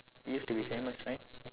used to be famous right